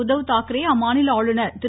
உத்தவ் தாக்கரே அம்மாநில ஆளுநர் திரு